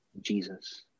Jesus